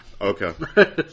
Okay